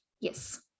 Yes